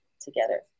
together